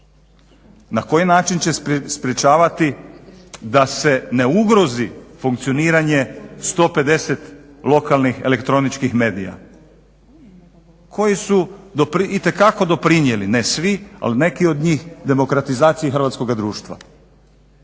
na koji način će sprečavati da se ne ugrozi funkcioniranje 150 lokalnih elektroničnih medija koji su itekako doprinijeli ne svi ali neki od njih demokratizaciji hrvatskog društva.